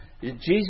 Jesus